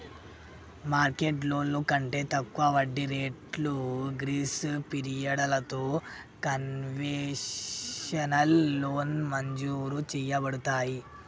market లోన్లు కంటే తక్కువ వడ్డీ రేట్లు గ్రీస్ పిరియడలతో కన్వెషనల్ లోన్ మంజురు చేయబడతాయి